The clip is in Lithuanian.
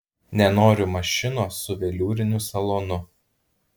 nenoriu mašinos su veliūriniu salonu